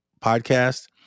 podcast